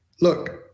Look